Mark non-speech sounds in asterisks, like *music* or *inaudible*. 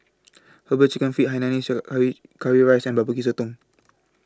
Herbal Chicken Feet Hainanese *unintelligible* Curry Rice and Barbecue Sotong *noise*